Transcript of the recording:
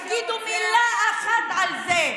תגידו מילה אחת על זה.